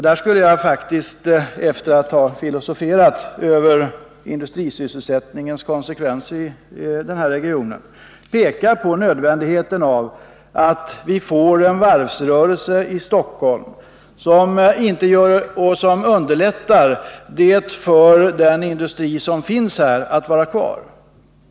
Där skulle jag faktiskt, efter att ha filosoferat över industrisysselsättningens konsekvenser i regionen, vilja peka på nödvändigheten av att vi får en varvsrörelse i Stockholm som underlättar för den industri som finns här att vara kvar.